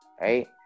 right